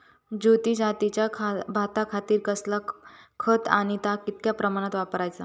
ज्योती जातीच्या भाताखातीर कसला खत आणि ता कितक्या प्रमाणात वापराचा?